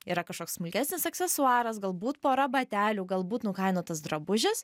yra kažkoks smulkesnis aksesuaras galbūt pora batelių galbūt nukainotas drabužis